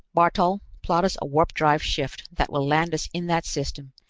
bartol, plot us a warp-drive shift that will land us in that system,